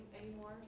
anymore